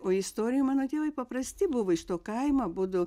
o istorija mano tėvai paprasti buvo iš to kaimo abudu